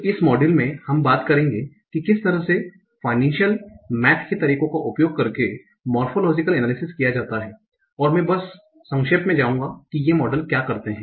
तो इस मॉड्यूल में हम बात करेंगे कि किस तरह से फाइनेन्शल मेथ के तरीकों का उपयोग करके मोरफोलोजीकल अनालिसिस किया जाता है तो मैं बस संक्षेप में जाऊँगा कि ये मॉडल क्या करते हैं